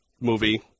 movie